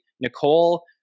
Nicole